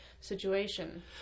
situation